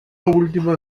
última